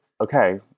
okay